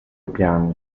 piani